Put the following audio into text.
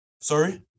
Sorry